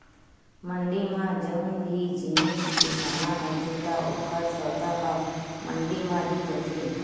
मंड़ी म जउन भी जिनिस बिसाना होथे त ओकर सौदा ह मंडी म ही होथे